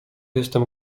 jestem